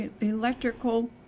electrical